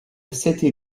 city